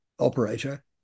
Operator